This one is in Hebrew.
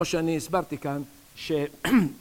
או שאני הסברתי כאן, ש...